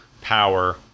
power